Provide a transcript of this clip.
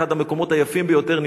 אחד המקומות היפים ביותר,